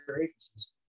agencies